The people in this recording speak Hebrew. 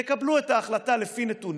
תקבלו את ההחלטה לפי נתונים,